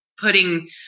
putting